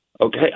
Okay